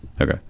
Okay